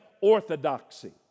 orthodoxy